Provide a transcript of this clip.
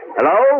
Hello